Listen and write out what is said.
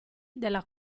della